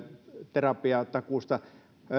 terapiatakuusta